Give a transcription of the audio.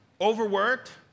overworked